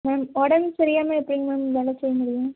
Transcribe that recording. ma'am உடம்பு சரியாமல் எப்படி மேம் வேலை செய்ய முடியும்